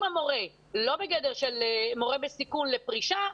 אם המורה לא בגדר של מורה בסיכון לפרישה,